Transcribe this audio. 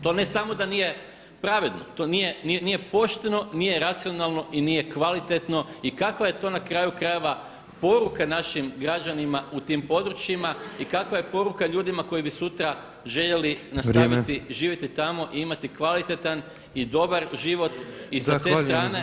To ne samo da nije pravedno, to nije pošteno, nije racionalno i nije kvalitetno i kakva je to na kraju krajeva poruka našim građanima u tim područjima i kakva je poruka ljudima koji bi sutra željeli [[Upadica predsjednik: Vrijeme.]] nastaviti živjeti tamo i imati kvalitetan i dobar život i sa te strane…